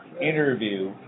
interview